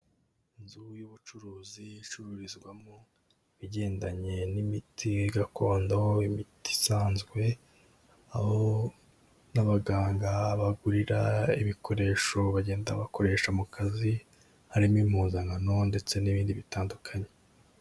Inzu y'ubucuruzi icururizwamo ibigendanye n'imiti gakondo, imiti isanzwe, aho n'abaganga bagurira ibikoresho bagenda bakoresha mu kazi harimo impuzankano ndetse n'ibindi bitandukanye.